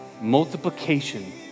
Multiplication